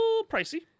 pricey